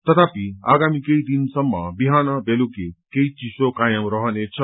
तथापि आगामी केही दिनसम्म बिहान बेलुकी केही चिसो कायम रहनेछ